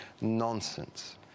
nonsense